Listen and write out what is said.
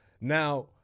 Now